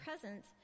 presence